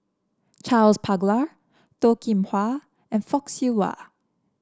Charles Paglar Toh Kim Hwa and Fock Siew Wah